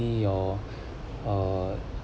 or uh